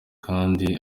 kandi